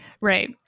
Right